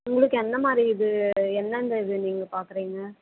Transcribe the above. உங்களுக்கு எந்த மாதிரி இது எந்தெந்த இது நீங்கள் பார்க்குறீங்க